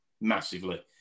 massively